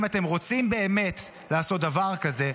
אם אתם רוצים באמת לעשות דבר כזה,